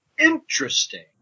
interesting